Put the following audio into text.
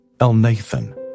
Elnathan